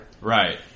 Right